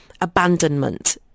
abandonment